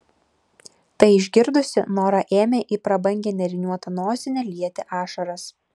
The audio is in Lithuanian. tai išgirdusi nora ėmė į prabangią nėriniuotą nosinę lieti ašaras